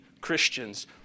Christians